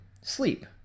sleep